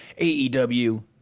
AEW